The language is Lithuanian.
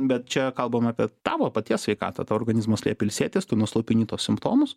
bet čia kalbam apie tavo paties sveikatą tau organizmas liepia ilsėtis tu nuslopini tuos simptomus